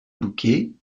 bouquet